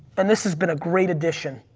and this has been a great addition,